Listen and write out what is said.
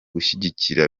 gushyigikira